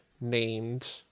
named